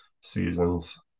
seasons